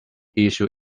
issue